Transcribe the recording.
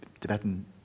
Tibetan